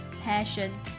passion